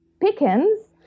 Pickens